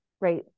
right